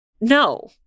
No